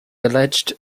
alleged